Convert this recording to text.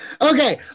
Okay